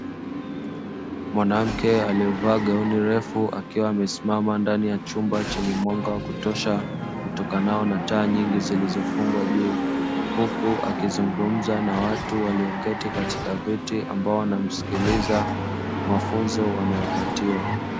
Mwanamke aliyevaa gauni refu akiwa amesimama ndani ya chumba chenye mwanga wa kutosha utokanao na taa nyingi zilizofungwa juu, huku akizungumza na watu walioketi katika viti ambao wanasikiliza mafunzo wanayopatiwa.